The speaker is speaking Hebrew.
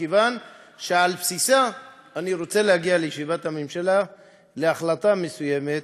מכיוון שעל בסיסה אני רוצה להגיע לישיבת הממשלה עם החלטה מסוימת,